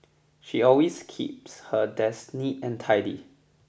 she always keeps her desk neat and tidy